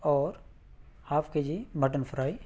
اور half K G mutton fry